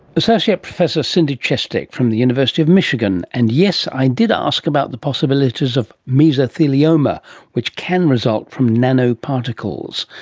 associate professor cindy chestek from the university of michigan. and yes, i did ask about the possibilities of mesothelioma which can result from nanoparticles.